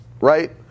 right